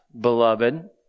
beloved